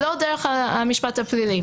שלא דרך המשפט הפלילי.